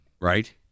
Right